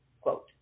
Quote